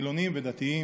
חילונים ודתיים,